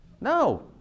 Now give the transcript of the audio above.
No